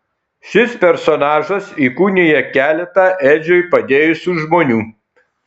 šis personažas įkūnija keletą edžiui padėjusių žmonių